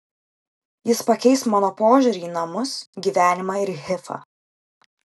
jis pakeis mano požiūrį į namus gyvenimą ir hifą